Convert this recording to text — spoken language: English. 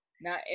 Now